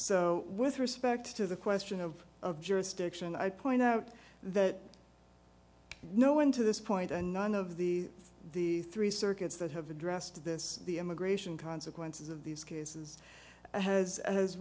so with respect to the question of of jurisdiction i point out that no one to this point and none of the the three circuits that have addressed this the immigration consequences of these cases has